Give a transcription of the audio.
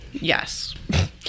Yes